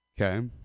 Okay